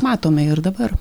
matome ir dabar